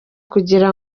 kugira